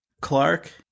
Clark